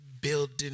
building